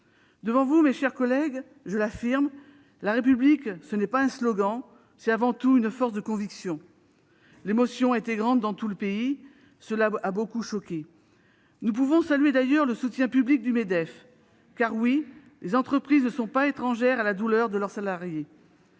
Devant vous, mes chers collègues, je l'affirme : la République, ce n'est pas un slogan ; c'est avant tout une force de conviction ! L'émotion a été grande dans tout le pays. Cette situation a beaucoup choqué. Nous pouvons d'ailleurs saluer le soutien public du Medef. Car, oui, les entreprises ne sont pas étrangères à la douleur de leurs salariés.